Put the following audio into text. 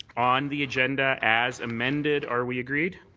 on the agenda as amended, are we agreed?